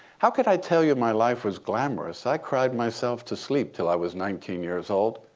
how could i tell you my life was glamorous? i cried myself to sleep til i was nineteen years old.